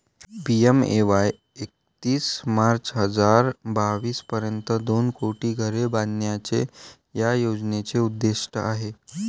PMAY एकतीस March हजार बावीस पर्यंत दोन कोटी घरे बांधण्याचे या योजनेचे उद्दिष्ट आहे